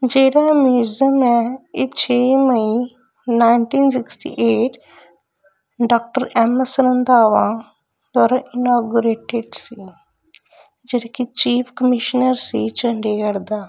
ਜਿਹੜਾ ਮਿਊਜ਼ੀਅਮ ਹੈ ਇਹ ਛੇ ਮਈ nineteen sixty eight doctor M S Randhawa ਦੁਆਰਾ ਇਨੋਗ੍ਰੇਟਿਡ ਸੀਗਾ ਜਦ ਕਿ ਚੀਫ ਕਮਿਸ਼ਨਰ ਸੀ ਚੰਡੀਗੜ ਦਾ